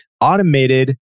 automated